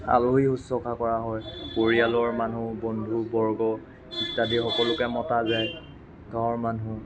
আলহী শুশ্ৰূষা কৰা হয় পৰিয়ালৰ মানুহ বন্ধুবৰ্গ ইত্যাদি সকলোকে মতা যায় গাঁৱৰ মানুহ